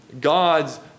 God's